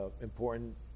Important